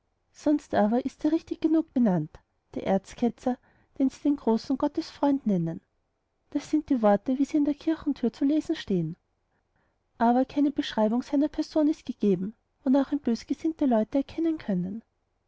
sonst aber ist er richtig genug genannt der erzketzer den sie den großen gottesfreund nennen das sind die worte wie sie an der kirchentür zu lesen stehen aber keine beschreibung seiner person ist gegeben wonach ihn bösgesinnte leute erkennen können